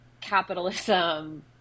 capitalism